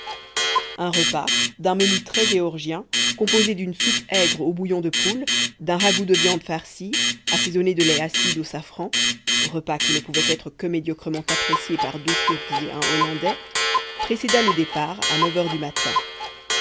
un repas d'un menu très géorgien composé d'une soupe aigre au bouillon de poule d'un ragoût de viande farcie assaisonné de lait acide au safran repas qui ne pouvait être que médiocrement apprécié par deux turcs et un hollandais précéda le départ à neuf heures du matin